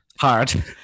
Hard